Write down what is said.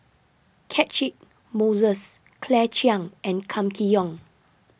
Catchick Moses Claire Chiang and Kam Kee Yong